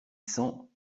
cents